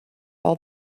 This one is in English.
all